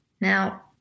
Now